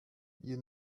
you